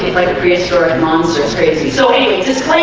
like a prehistoric monster crazy, so it's it's